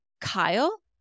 Kyle